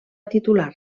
titular